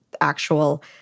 actual